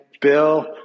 bill